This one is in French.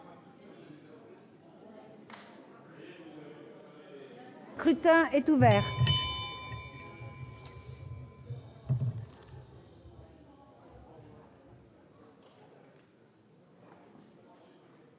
scrutin est ouvert.